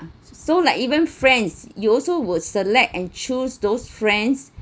so like even friends you also would select and choose those friends